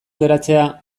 geratzea